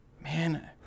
Man